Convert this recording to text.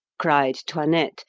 cried toinette,